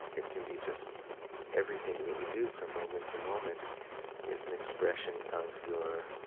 it can be just everything that you do from moment to moment is an expression of your